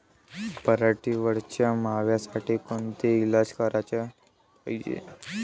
पराटीवरच्या माव्यासाठी कोनचे इलाज कराच पायजे?